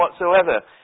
whatsoever